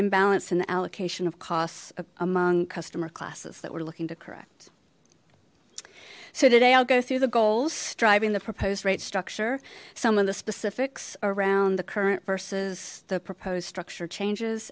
imbalance in the allocation of costs among customer classes that we're looking to correct so today i'll go through the goals driving the proposed rate structure some of the specifics around the current versus the proposed structure changes